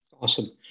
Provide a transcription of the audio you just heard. Awesome